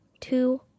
two